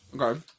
Okay